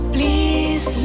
Please